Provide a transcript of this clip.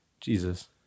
Jesus